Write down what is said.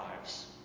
lives